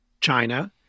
China